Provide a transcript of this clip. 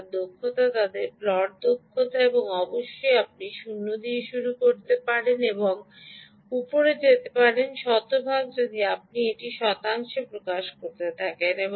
আপনার দক্ষতা তাদের প্লট দক্ষতা এবং অবশ্যই আপনি 0 দিয়ে শুরু করতে পারেন এবং উপরে যেতে পারেন শতভাগ যদি আপনি এটি শতাংশে প্রকাশ করেন